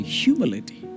humility